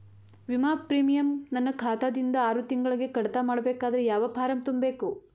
ವಿಮಾ ಪ್ರೀಮಿಯಂ ನನ್ನ ಖಾತಾ ದಿಂದ ಆರು ತಿಂಗಳಗೆ ಕಡಿತ ಮಾಡಬೇಕಾದರೆ ಯಾವ ಫಾರಂ ತುಂಬಬೇಕು?